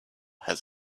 has